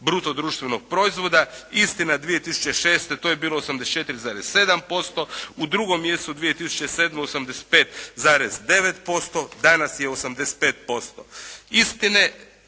bruto društvenog proizvoda. Istina, 2006. to je bilo 84,7%, u drugom mjesecu 2007. 85,9%, danas je 85%.